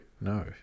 no